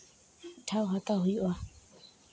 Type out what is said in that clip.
ᱴᱷᱟᱶ ᱦᱟᱛᱟᱣ ᱦᱩᱭᱩᱜᱼᱟ